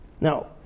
Now